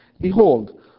behold